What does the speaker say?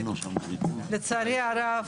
לצערי הרב,